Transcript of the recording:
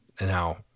Now